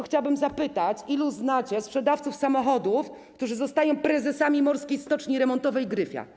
Chciałabym tylko zapytać, ilu znacie sprzedawców samochodów, którzy zostają prezesami Morskiej Stoczni Remontowej Gryfia.